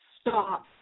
stop